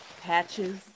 patches